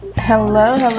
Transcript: hello.